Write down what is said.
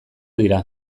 dira